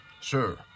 Sure